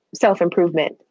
self-improvement